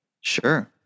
Sure